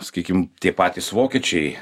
sakykim tie patys vokiečiai